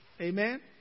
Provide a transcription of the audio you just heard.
Amen